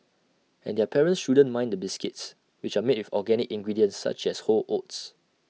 and their parents shouldn't mind the biscuits which are made with organic ingredients such as whole oats